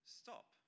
stop